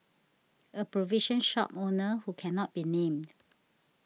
a provision shop owner who cannot be named